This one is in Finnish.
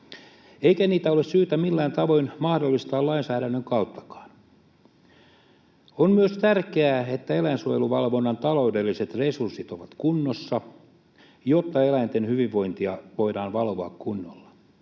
eikä niitä ole syytä millään tavoin mahdollistaa lainsäädännönkään kautta. On myös tärkeää, että eläinsuojeluvalvonnan taloudelliset resurssit ovat kunnossa, jotta eläinten hyvinvointia voidaan valvoa kunnolla.